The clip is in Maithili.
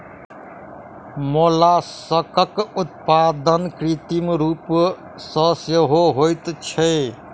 मोलास्कक उत्पादन कृत्रिम रूप सॅ सेहो होइत छै